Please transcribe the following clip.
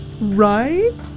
Right